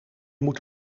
moet